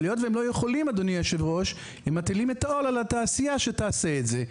אבל היות שהם לא יכולים הם מטילים את העול על התעשייה שתעשה את זה.